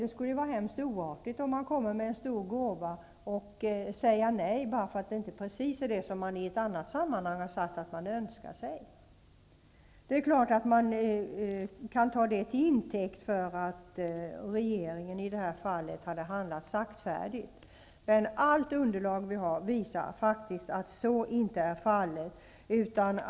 Det skulle naturligtvis vara mycket oartigt att säga nej till en stor gåva bara därför att det inte är precis det som man i ett annat sammanhang sagt att man önskar. Det är klart att man kan ta detta till intäkt för att hävda att regeringen i det här fallet handlat saktfärdigt, men allt underlag vi har visar faktiskt att så inte är fallet.